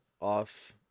off